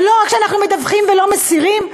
ולא רק שאנחנו מדווחים ולא מסירים,